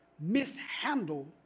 mishandle